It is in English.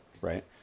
right